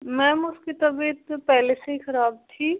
ma'am उसकी तबियत तो पहले से ही खराब थी